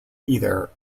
either